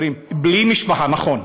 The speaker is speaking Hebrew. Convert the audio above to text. חברים, בלי משפחה, נכון.